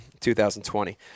2020